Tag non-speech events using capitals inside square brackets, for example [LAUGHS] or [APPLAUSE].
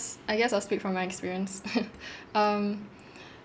I guess I'll speak from my experience [LAUGHS] um